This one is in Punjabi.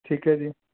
ਠੀਕ ਹੈ ਜੀ